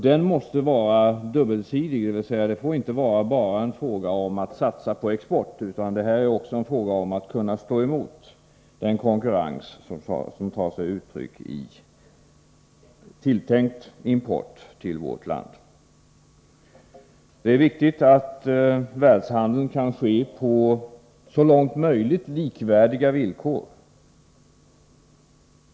Den måste vara dubbelsidig, dvs. det får inte bara vara fråga om att satsa på export, utan det gäller även att kunna stå emot den konkurrens som tar sig uttryck i importtryck på vårt land. Det är viktigt att världshandeln kan ske på så långt möjligt likvärdiga villkor.